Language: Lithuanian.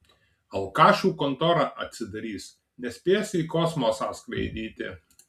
alkašų kontora atsidarys nespės į kosmosą skraidyti